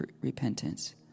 repentance